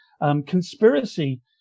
conspiracy